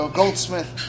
goldsmith